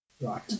Right